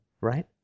Right